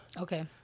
Okay